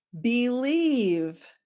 Believe